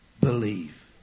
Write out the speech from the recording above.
believe